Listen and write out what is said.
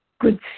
good